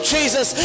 Jesus